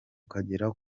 ukagera